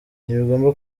ntibigomba